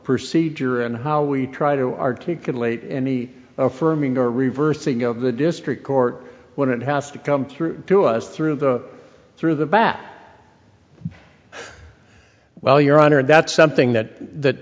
procedure and how we try to articulate any affirming or reversing of the district court when it has to come through to us through the through the bat well your honor and that's something that